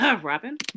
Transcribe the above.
Robin